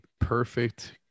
perfect